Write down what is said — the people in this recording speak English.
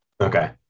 Okay